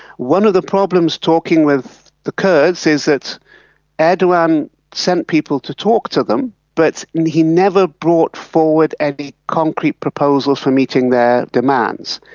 one of the problems talking with the kurds is that erdogan sent people to talk to them but he never brought forward any concrete proposals for meeting their demands.